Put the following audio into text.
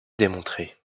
démontrer